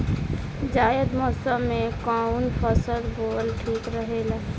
जायद मौसम में कउन फसल बोअल ठीक रहेला?